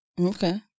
Okay